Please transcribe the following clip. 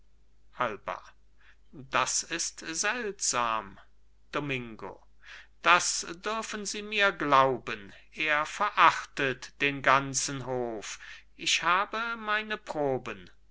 alba das ist seltsam domingo das dürfen sie mir glauben er verachtet den ganzen hof ich habe meine proben